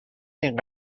این